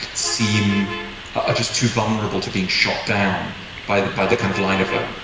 seem ah just too vulnerable to being shut down by the by the kind of line of, like ooh,